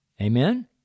Amen